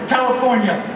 California